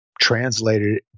translated